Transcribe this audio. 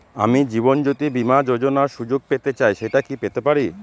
আমি জীবনয্যোতি বীমা যোযোনার সুযোগ পেতে চাই সেটা কি পেতে পারি?